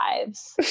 lives